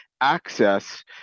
access